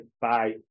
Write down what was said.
bye